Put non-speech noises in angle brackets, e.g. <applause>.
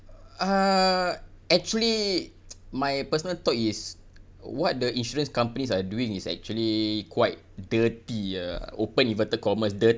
uh actually <noise> my personal thought is what the insurance companies are doing is actually quite dirty ah open inverted commas dirty